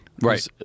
right